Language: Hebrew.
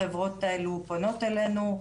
החברות האלה פונות אלינו,